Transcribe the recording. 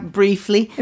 briefly